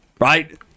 right